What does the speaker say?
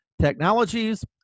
Technologies